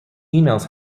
emails